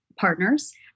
partners